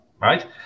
right